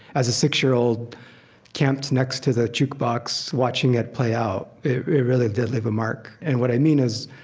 as a six-year-old camped next to the jukebox watching it play out, it really did leave a mark. and what i mean is,